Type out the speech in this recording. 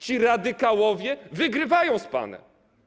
Ci radykałowie wygrywają z panem.